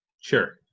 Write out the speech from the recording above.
Sure